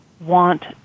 want